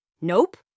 Nope